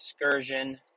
excursion